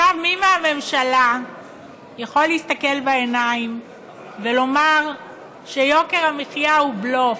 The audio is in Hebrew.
מי מהממשלה יכול להסתכל בעיניים ולומר שיוקר המחיה הוא בלוף?